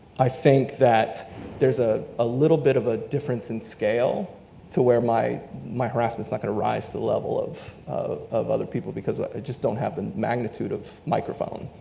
i think that there's ah a little bit of a difference in scale to where, my my harassment's not gonna rise to the level of of other people because i just don't have the magnitude of microphone.